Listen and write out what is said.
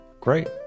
Great